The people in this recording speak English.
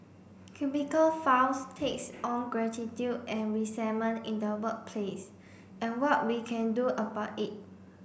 cubicle files takes on gratitude and resentment in the workplace and what we can do about it